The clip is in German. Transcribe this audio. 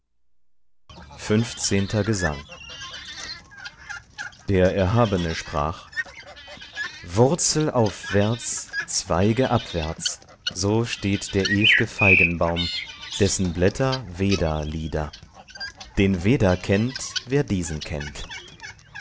fünfzehnter gesang der erhabene sprach wurzelaufwärts zweigeabwärts so steht der ew'ge feigenbaum dessen blätter veda lieder den veda kennt wer diesen kennt